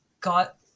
got